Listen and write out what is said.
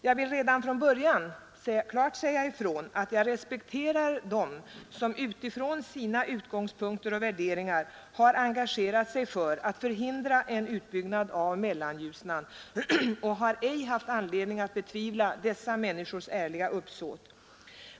Jag vill redan från början klart säga ifrån att jag respekterar dem som utifrån sina utgångspunkter och värderingar har engagerat sig för att hindra en utbyggnad av Mellanljusnan och har ej haft anledning betvivla dessa människors ärliga uppsåt.